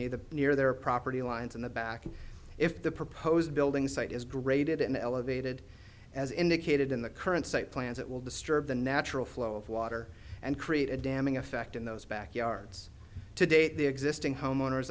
near the near their property lines in the back if the proposed building site is graded and elevated as indicated in the current site plans that will disturb the natural flow of water and create a damning effect in those backyards today the existing home owners